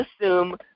assume